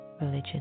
religion